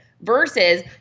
versus